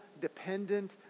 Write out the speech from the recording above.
dependent